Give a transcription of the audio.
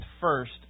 first